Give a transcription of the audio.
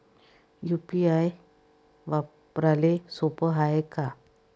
UPI वापराले सोप हाय का?